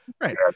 right